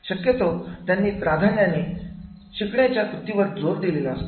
शक्यतो त्यांनी प्राधान्याने शिकण्याच्या कृतीवर जोर दिलेला असतो